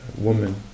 woman